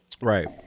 Right